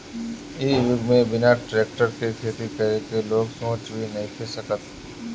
इ युग में बिना टेक्टर के खेती करे के लोग सोच ही नइखे सकत